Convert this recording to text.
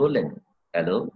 Hello